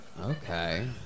okay